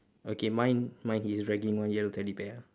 okay mine mine he is dragging one yellow teddy bear ah